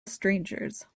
strangers